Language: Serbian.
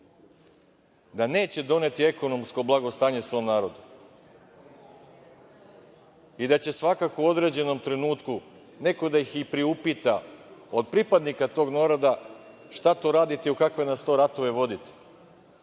da neće doneti ekonomsko blagostanje svom narodu i da će svakako u određenom trenutku neko da ih i priupita, od pripadnika tog naroda – šta to radite i u kakve nas to ratove vodite?